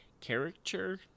character